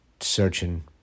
searching